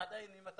עדיין אם אתה